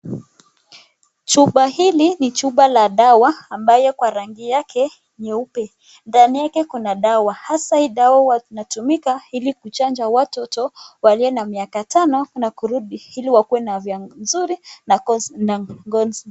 Chupa hili ni chupa la dawa ambayo kwa rangi yake nyeupe ndani yake kuna dawa hasaa hii dawa inatumika ili kuchanja watoto walio na miaka tano na kurudi ili wakuwe na afya nzuri.